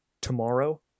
tomorrow